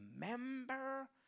remember